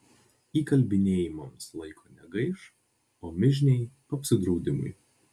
įkalbinėjimams laiko negaiš o mižniai apsidraudimui